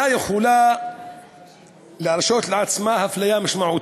יכולה להרשות לעצמה אפליה משמעותית,